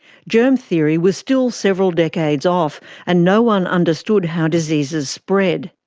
germ theory was still several decades off and no one understood how diseases spread.